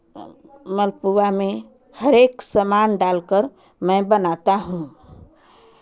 मलपुआ में हरेक सामान डाल कर मैं बनाता हूँ